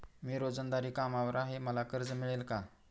मी रोजंदारी कामगार आहे मला कर्ज मिळेल का?